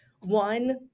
One